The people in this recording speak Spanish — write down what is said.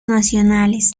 nacionales